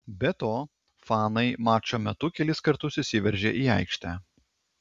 be to fanai mačo metu kelis kartus įsiveržė į aikštę